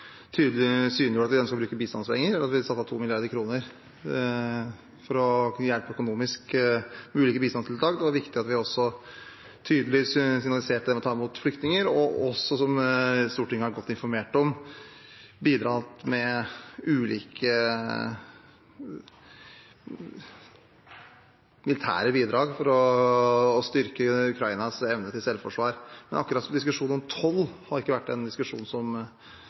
at vi ønsket å bruke bistandspenger, og at vi har satt av 2 mrd. kr for å hjelpe økonomisk ulike bistandstiltak. Det var viktig at vi også tydelig signaliserte det med å ta imot flyktninger, og også, som Stortinget er godt informert om, bidra med ulike militære bidrag for å styrke Ukrainas evne til selvforsvar. Men akkurat den diskusjonen om toll har ikke vært en diskusjon som